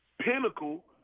Pinnacle